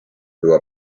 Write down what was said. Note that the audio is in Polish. była